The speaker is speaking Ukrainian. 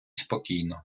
спокійно